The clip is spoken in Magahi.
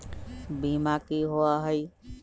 बीमा की होअ हई?